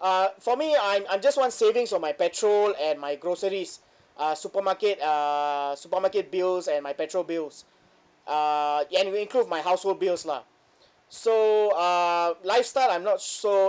uh for me I I just want savings on my petrol and my groceries uh supermarket uh supermarket bills and my petrol bills uh and includes my household bills lah so um lifestyle I'm not so